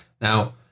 Now